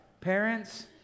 Parents